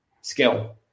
skill